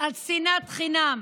על שנאת חינם,